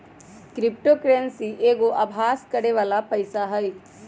crypto currency एगो अभास करेके बला पइसा हइ